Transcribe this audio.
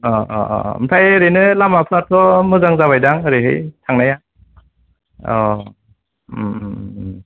अ अ अ अ ओमफ्राय ओरैनो लामाफ्राथ' मोजां जाबाय दां ओरैहाय थांनाया अ